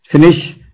finish